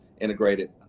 integrated